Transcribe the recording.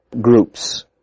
groups